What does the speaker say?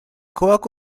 quirk